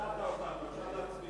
בבקשה, כבוד סגן שר האוצר.